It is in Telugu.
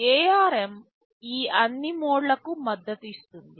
ARM ఈ అన్ని మోడ్లకు మద్దతు ఇస్తుంది